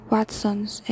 Watsons